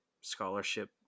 Scholarship